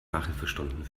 nachhilfestunden